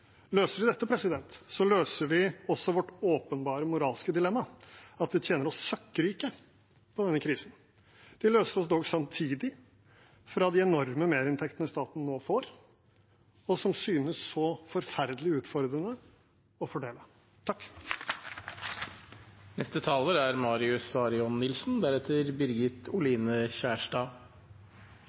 Løser de dette, løser vi også vårt åpenbare moralske dilemma: at vi tjener oss søkkrike på denne krisen. Det løser oss samtidig fra de enorme merinntektene staten nå får, og som synes så forferdelig utfordrende å fordele. I dag har endelig klimaet måttet vike litt. Strømprisen er